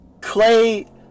Clay